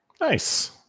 Nice